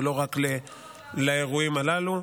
ולא רק לאירועים הללו,